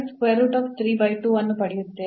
ನಾವು ಅನ್ನು ಪಡೆಯುತ್ತೇವೆ